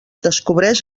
descobreix